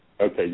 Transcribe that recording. Okay